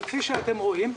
כפי שאתם רואים,